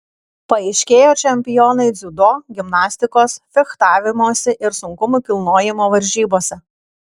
paaiškėjo čempionai dziudo gimnastikos fechtavimosi ir sunkumų kilnojimo varžybose